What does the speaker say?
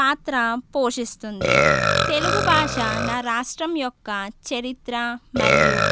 పాత్ర పోషిస్తుంది తెలుగుభాష నా రాష్ట్రం యొక్క చరిత్ర మరియు